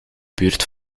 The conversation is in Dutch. buurt